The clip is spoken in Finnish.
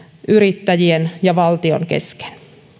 yrittäjien ja valtion kesken